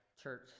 church